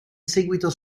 seguito